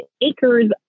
acres